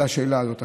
על השאלה הזאת.